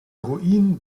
ruinen